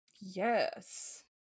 Yes